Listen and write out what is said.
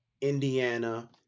Indiana